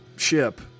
ship